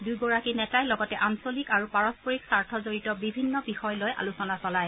দুয়োগৰাকী নেতাই লগতে আঞ্চলিক আৰু পাৰস্পৰিক স্বাৰ্থজড়িত বিভিন্ন বিষয় লৈ আলোচনা চলায়